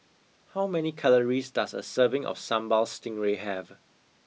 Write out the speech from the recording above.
how many calories does a serving of Sambal Stingray have